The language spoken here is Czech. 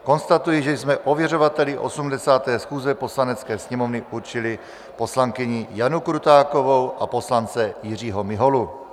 Konstatuji, že jsme ověřovateli 80. schůze Poslanecké sněmovny určili poslankyni Janu Krutákovou a poslance Jiřího Miholu.